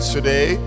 today